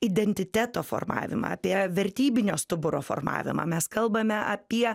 identiteto formavimą apie vertybinio stuburo formavimą mes kalbame apie